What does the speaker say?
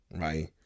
right